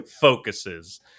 focuses